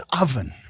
oven